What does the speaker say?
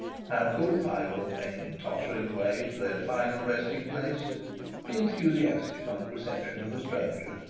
how could five old men tottering away to their final resting-place be enthusiastic on the reception of a stranger?